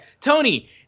Tony